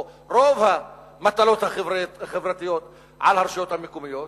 או את רוב המטלות החברתיות על הרשויות המקומיות,